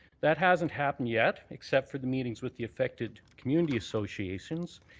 that hasn't happened yet except for the meetings with the affected community associations.